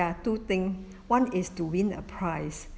there are two thing one is to win a prize